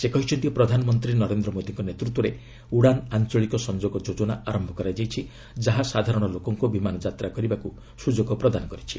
ସେ କହିଛନ୍ତି ପ୍ରଧାନମନ୍ତ୍ରୀ ନରେନ୍ଦ୍ର ମୋଦିଙ୍କ ନେତୃତ୍ୱରେ ଉଡ଼ାନ୍ ଆଞ୍ଚଳିକ ସଂଯୋଗ ଯୋଜନା ଆରମ୍ଭ କରାଯାଇଛି ଯାହା ସାଧାରଣ ଲୋକଙ୍କୁ ବିମାନ ଯାତ୍ରା କରିବାକୁ ସୁଯୋଗ ପ୍ରଦାନ କରିଛି